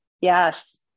Yes